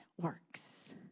works